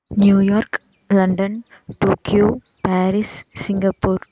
New York London Tokyo Paris Singapore